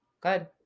Good